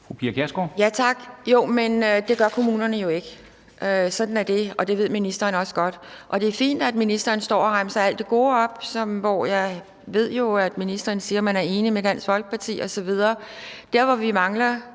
Jo, men det gør kommunerne jo ikke; sådan er det, og det ved ministeren også godt. Og det er fint, at ministeren står og remser alt det gode op, som jeg jo ved ministeren siger at man er enig med Dansk Folkeparti i osv. Det, vi mangler,